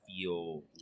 feel